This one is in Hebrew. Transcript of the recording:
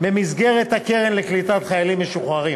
במסגרת הקרן לקליטת חיילים משוחררים.